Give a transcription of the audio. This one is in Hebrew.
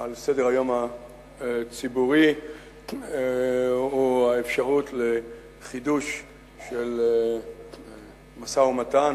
על סדר-היום הציבורי הוא האפשרות לחידוש של משא-ומתן,